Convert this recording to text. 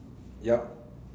ya